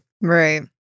right